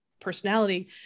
personality